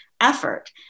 effort